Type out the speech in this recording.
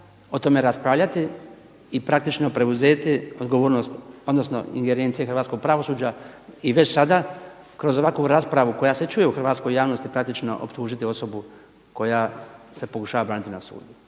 o tome raspravljati i praktično preuzeti odgovornost odnosno ingerencije hrvatskog pravosuđa i već sada kroz ovakvu raspravu koja se čuje u hrvatskoj javnosti praktično optužiti osobu koja se pokušava braniti na sudu.